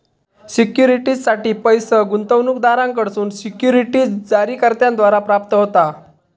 सिक्युरिटीजसाठी पैस गुंतवणूकदारांकडसून सिक्युरिटीज जारीकर्त्याद्वारा प्राप्त होता